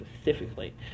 specifically